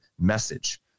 message